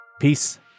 Peace